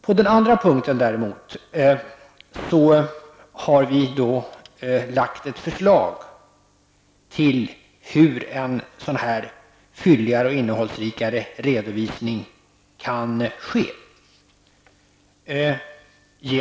På den andra punkten däremot har vi lagt fram förslag till hur en sådan fylligare och innehållsrikare redovisning kan ske.